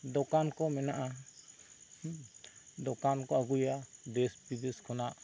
ᱫᱚᱠᱟᱱ ᱠᱚ ᱢᱮᱱᱟᱜᱼᱟ ᱫᱚᱠᱟᱱ ᱠᱚ ᱟᱹᱜᱩᱭᱟ ᱫᱮᱥ ᱵᱤᱫᱮᱥ ᱠᱷᱚᱱᱟᱜ